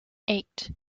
eight